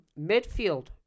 Midfield